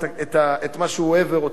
את מה שהוא אוהב ורוצה.